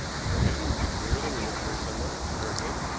pray, dear, that we may carry sunlight to her again,